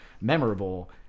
memorable